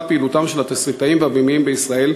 פעילותם של התסריטאים והבימאים בישראל,